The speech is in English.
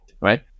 right